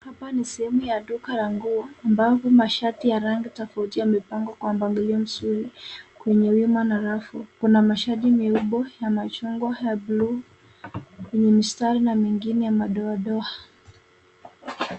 Hapa ni sehemu ya duka la nguo ambapo mashati ya rangi tofauti yamepangwa kwa mpangilio mzuri kwenye wima na rafu. Kuna mashati meupe, ya machungwa, ya bluu yenye mistari na mingine madoadoa.